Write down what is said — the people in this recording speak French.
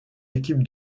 équipe